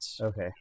okay